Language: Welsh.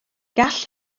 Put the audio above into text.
gall